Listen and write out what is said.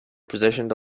positioned